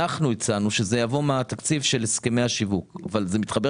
אנחנו הצענו שזה יבוא מהתקציב של הסכמי השיווק אבל - זה מתחבר